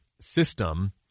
system